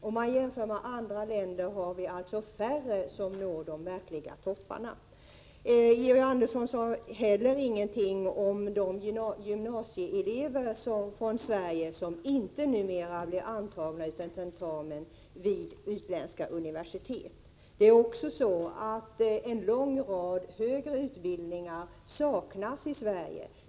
Om man jämför med andra länder har vi alltså färre som når de verkliga topparna. Vidare sade Georg Andersson ingenting om de gymnasielever från Sverige som numera inte blir antagna utan tentamen vid utländska universitet. En lång rad högre utbildningar saknas i Sverige.